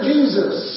Jesus